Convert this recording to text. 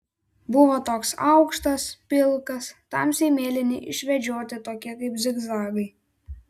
buvo toks aukštas pilkas tamsiai mėlyni išvedžioti tokie kaip zigzagai